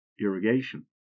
irrigation